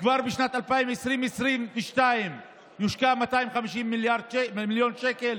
כבר בשנת 2022 יושקעו 250 מיליון שקלים,